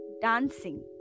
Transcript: dancing